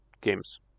games